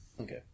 Okay